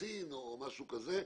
קצין או משהו כזה.